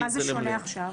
מה זה שונה עכשיו?